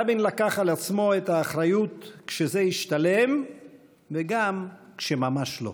רבין לקח על עצמו את האחריות כשזה השתלם וגם כשממש לא.